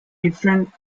different